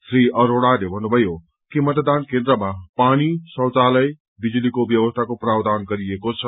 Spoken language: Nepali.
श्री अरोड़ाले भन्नुभयो कि मतदान केन्द्रमा पानी शौचालय बिजुलीको व्यवस्थाको प्रावधान गरिएको छ